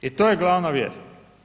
I to je glavna vijest.